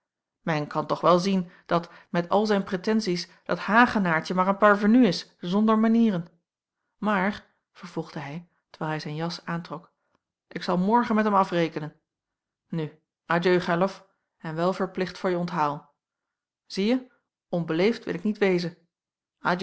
men kan toch wel zien dat met al zijn pretensies dat hagenaartje maar een parvenu is zonder manieren maar vervolgde hij terwijl hij zijn jas aantrok ik zal morgen met hem afrekenen nu adieu gerlof en wel verplicht voor je onthaal zieje onbeleefd wil ik niet wezen